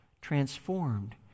transformed